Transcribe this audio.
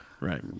Right